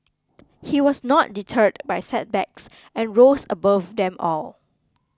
he was not deterred by setbacks and rose above them all